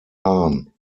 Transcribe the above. hahn